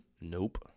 Nope